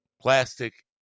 Plastic